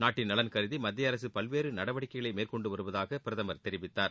நாட்டின் நலன் கருதி மத்திய அரசு பல்வேறு நடவடிக்கைகளை மேற்கொண்டு வருவதாக பிரதமர் தெரிவித்தார்